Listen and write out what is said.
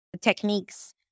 techniques